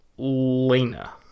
Lena